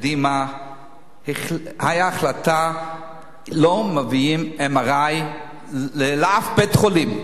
קדימה היתה החלטה שלא מעבירים MRI לאף בית-חולים.